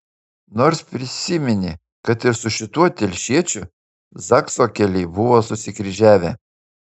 nors prisiminė kad ir su šituo telšiečiu zakso keliai buvo susikryžiavę